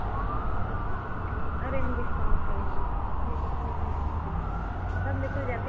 अरे हम डिस्काउंट करेंगे अपने कस्टमर को हम डिस्काउंट करेंगे सब लेकर जाते